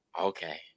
Okay